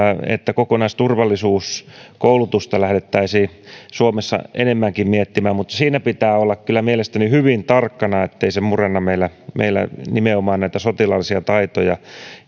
että kokonaisturvallisuuskoulutusta lähdettäisiin suomessa enemmänkin miettimään mutta siinä pitää olla kyllä mielestäni hyvin tarkkana ettei se murenna meillä meillä nimenomaan näitä sotilaallisia taitoja